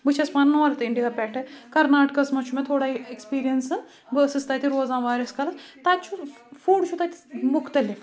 بہٕ چھَس پانہٟ نارٕتھ اِنڈیا پؠٹھٕ کَرناٹکاہَس منٛز چھُ مےٚ تھوڑا اؠکٕسپیٖریَنسَن بہٕ ٲسٕس تَتہِ روزان واریاہَس کالَس تَتہِ چھُ فُڈ چھُ تَتہِ مُختلِف